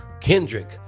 Kendrick